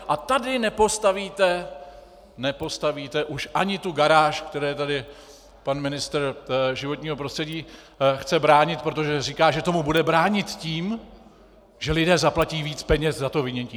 A tady nepostavíte už ani tu garáž, které tady pan ministr životního prostředí chce bránit, protože říká, že tomu bude bránit tím, že lidé zaplatí víc peněz za vynětí.